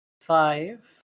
five